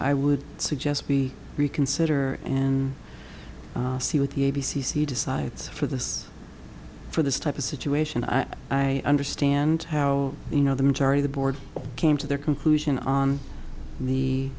i would suggest be reconsider and see what the a b c decides for this for this type of situation i i understand how you know the majority the board came to their conclusion on